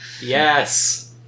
yes